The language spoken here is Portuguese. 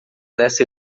dessa